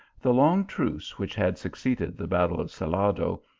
the long truce which had succeeded the battle of salado,